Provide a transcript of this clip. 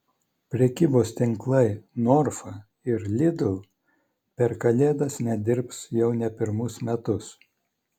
prekybos tinklai norfa ir lidl per kalėdas nedirbs jau ne pirmus metus